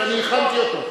מפני שאני הכנתי אותו,